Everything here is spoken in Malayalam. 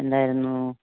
ഉണ്ടായിരുന്നു